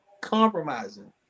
compromising